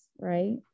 right